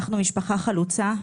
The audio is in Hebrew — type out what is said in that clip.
אנחנו משפחה חלוצה.